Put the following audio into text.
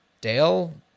Dale